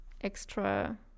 extra